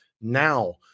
Now